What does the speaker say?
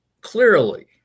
clearly